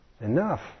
Enough